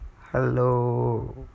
hello